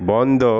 বন্ধ